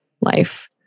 life